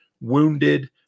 wounded